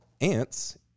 ants